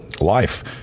life